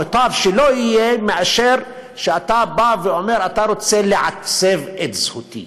מוטב שזה לא יהיה מאשר שאתה בא ואומר שאתה רוצה לעצב את זהותי.